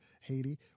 Haiti